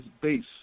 base